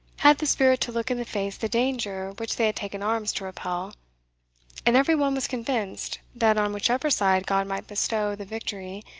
had the spirit to look in the face the danger which they had taken arms to repel and every one was convinced, that on whichever side god might bestow the victory,